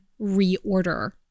reorder